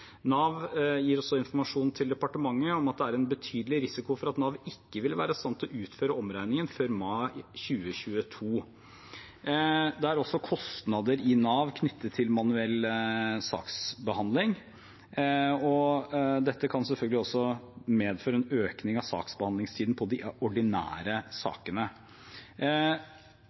Nav gir også informasjon til departementet om at det er en betydelig risiko for at Nav ikke vil være i stand til å utføre omregningen før mai 2022. Det er også kostnader i Nav knyttet til manuell saksbehandling, og dette kan selvfølgelig også medføre en økning av saksbehandlingstiden for de ordinære sakene.